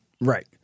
Right